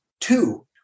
two